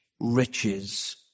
riches